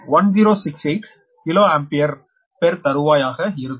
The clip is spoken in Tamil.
1068 கிலோ ஆம்பியர் பெர் தறுவாய் ஆக இருக்கும்